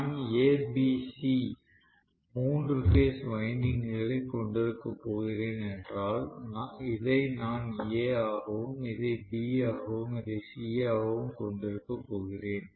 நான் A B C மூன்று phase வைண்டிங்க்குகளை கொண்டிருக்கப் போகிறேன் என்றால் இதை நான் A ஆகவும் இதை B ஆகவும் இதை C ஆகவும் கொண்டிருக்கப் போகிறேன்